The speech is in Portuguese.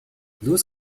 duas